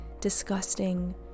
disgusting